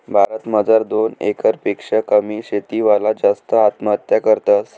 भारत मजार दोन एकर पेक्शा कमी शेती वाला जास्त आत्महत्या करतस